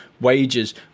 wages